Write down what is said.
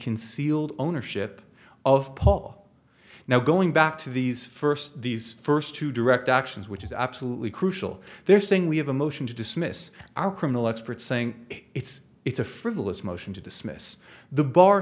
concealed ownership of paul now going back to these first these first two direct actions which is absolutely crucial they're saying we have a motion to dismiss our criminal experts saying it's it's a frivolous motion to dismiss the bar